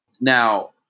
Now